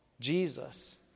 Jesus